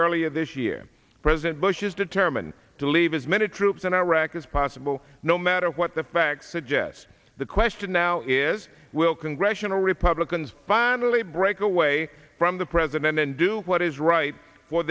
earlier this year president bush is determined to leave as many troops in iraq as possible no matter what the facts suggest the question now is will congressional republicans finally break away from the president and do what is right for